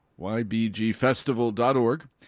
ybgfestival.org